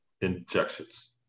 injections